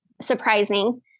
surprising